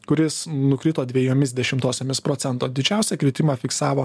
kuris nukrito dvejomis dešimtosiomis procento didžiausią kritimą fiksavo